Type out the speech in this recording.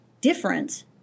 difference